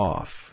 Off